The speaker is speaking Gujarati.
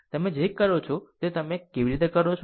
તમે જે કરો છો તે તમે કેવી રીતે કરો છો